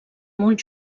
molt